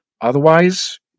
Otherwise